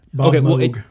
Okay